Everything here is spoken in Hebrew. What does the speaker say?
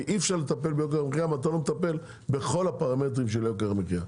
כי אי-אפשר לטפל ביוקר המחייה אם לא נטפל בכל הפרמטרים של יוקר המחייה.